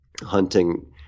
hunting